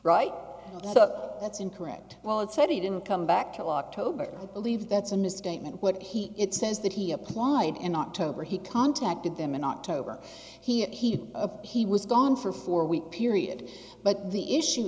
right that's incorrect well it said he didn't come back till october believe that's a misstatement what he it says that he applied in october he contacted them in october he he was gone for four week period but the issue